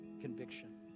conviction